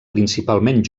principalment